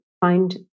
find